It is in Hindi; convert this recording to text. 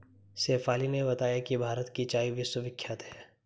शेफाली ने बताया कि भारत की चाय विश्वविख्यात है